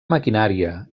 maquinària